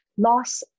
loss